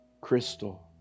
crystal